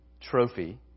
trophy